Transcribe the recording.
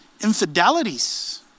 infidelities